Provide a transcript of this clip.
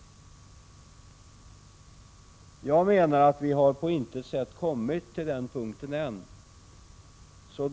Jag menar att vi på intet sätt har kommit till den punkten ännu.